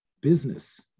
business